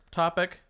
topic